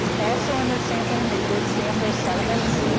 also in their sampling, they did sample sediments,